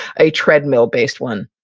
a treadmill-based one